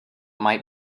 might